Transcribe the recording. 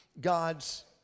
God's